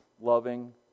loving